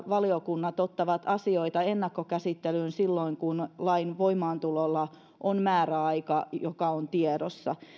valiokunnat ottavat asioita ennakkokäsittelyyn silloin kun lain voimaantulolla on määräaika joka on tiedossa